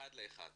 אחד לאחד.